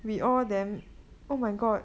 we all them oh my god